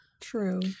true